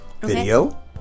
Video